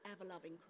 ever-loving